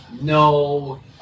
no